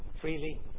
freely